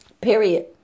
Period